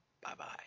Bye-bye